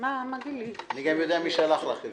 מודה שהצעת החוק,